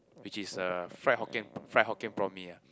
which is a fried Hokkien fried hokkien-prawn-mee ah